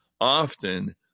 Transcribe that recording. often